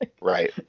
Right